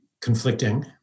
conflicting